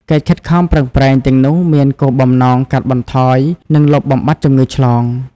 កិច្ចខិតខំប្រឹងប្រែងទាំងនោះមានគោលបំណងកាត់បន្ថយ និងលុបបំបាត់ជំងឺឆ្លង។